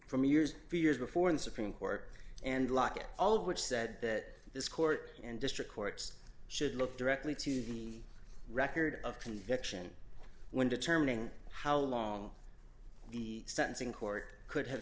from years three years before the supreme court and lockett all of which said that this court and district courts should look directly to the record of conviction when determining how long the sentencing court could have